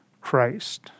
Christ